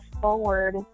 forward